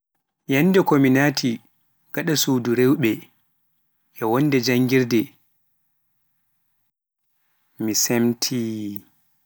Yannde ko mi naati gaɗa suudu rewɓe e wonde janngirde, mi semtii.